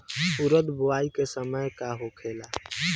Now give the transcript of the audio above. उरद बुआई के समय का होखेला?